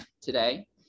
today